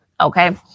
Okay